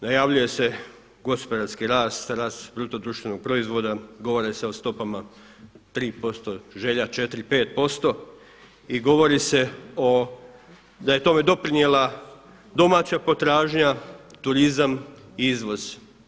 Najavljuje se gospodarski rast, rast bruto društvenog proizvoda, govori se o stopama 3%, želja 4, 5% i govori se da je tome doprinijela domaća potražnja, turizam, izvoz.